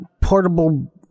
portable